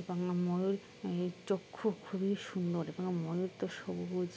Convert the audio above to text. এবং ময়ূর চক্ষু খুবই সুন্দর এবং ময়ূর তো সবুজ